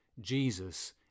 Jesus